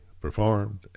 performed